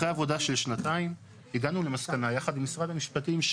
אחרי עבודה של שנתיים הגענו למסקנה יחד עם משרד המשפטים,